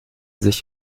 sich